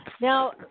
Now